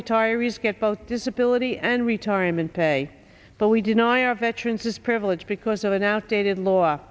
retirees get both disability and retirement pay but we deny our veterans this privilege because of an outdated law